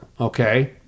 okay